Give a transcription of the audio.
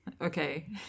okay